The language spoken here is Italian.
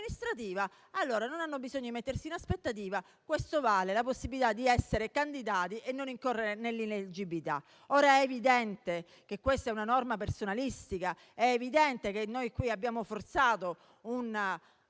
amministrativa, allora non hanno bisogno di mettersi in aspettativa. Questo vale la possibilità di essere candidati e non incorrere nell'ineleggibilità. È evidente che questa è una norma personalistica. È evidente che abbiamo forzato un